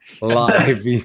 live